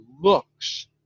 looks